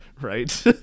Right